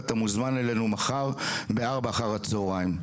ואתה מוזמן אלינו מחר בארבע אחר הצהריים,